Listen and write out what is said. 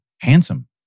handsome